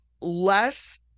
less